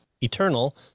eternal